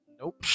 Nope